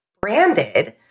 branded